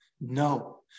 No